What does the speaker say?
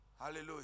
Hallelujah